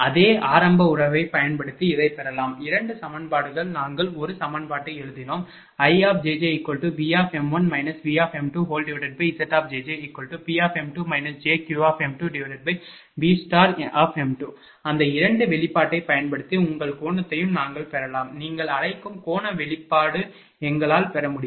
அதே ஆரம்ப உறவைப் பயன்படுத்தி இதைப் பெறலாம் 2 சமன்பாடுகள் நாங்கள் ஒரு சமன்பாட்டை எழுதினோம் IjjVm1 Vm2ZjjPm2 jQV அந்த 2 வெளிப்பாட்டைப் பயன்படுத்தி உங்கள் கோணத்தையும் நாங்கள் பெறலாம் நீங்கள் அழைக்கும் கோண வெளிப்பாடு எங்களால் பெற முடியும்